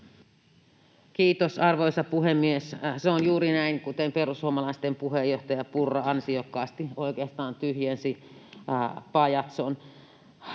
Kiitos, arvoisa puhemies! Se on juuri näin, kuten perussuomalaisten puheenjohtaja Purra ansiokkaasti sanoi, oikeastaan tyhjensi pajatson.